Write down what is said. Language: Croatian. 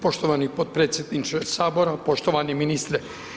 Poštovani potpredsjedniče Sabora, poštovani ministra.